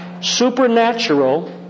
Supernatural